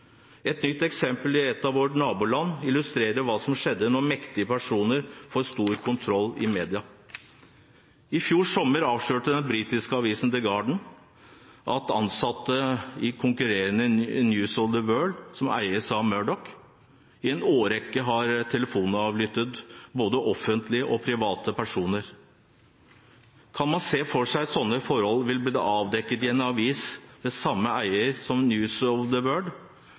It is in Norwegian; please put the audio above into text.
Et nylig eksempel i et av våre naboland illustrerer hva som kan skje når mektige personer får stor kontroll i media. I fjor sommer avslørte den britiske avisen The Guardian at ansatte i konkurrenten News of the World, som eies av Murdoch, i en årrekke har telefonavlyttet både offentlige og private personer. Kan man se for seg at slike forhold ville blitt avdekket i en avis med samme eier som News of